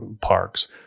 parks